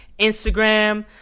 Instagram